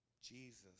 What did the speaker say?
Jesus